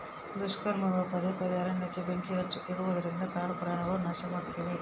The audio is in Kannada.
ದುಷ್ಕರ್ಮಿಗಳು ಪದೇ ಪದೇ ಅರಣ್ಯಕ್ಕೆ ಬೆಂಕಿ ಇಡುವುದರಿಂದ ಕಾಡು ಕಾಡುಪ್ರಾಣಿಗುಳು ನಾಶವಾಗ್ತಿವೆ